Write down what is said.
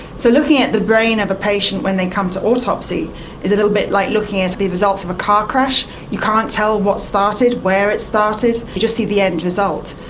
so looking at the brain of a patient when they come to autopsy is a little bit like looking at the results of a car crash you can't tell what started, where it started, you just see the end result.